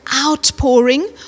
outpouring